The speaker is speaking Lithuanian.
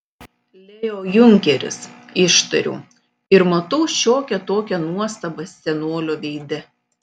leo junkeris ištariu ir matau šiokią tokią nuostabą senolio veide